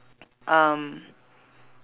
um